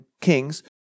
kings